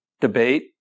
debate